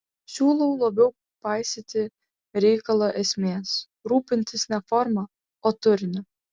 siūlau labiau paisyti reikalo esmės rūpintis ne forma o turiniu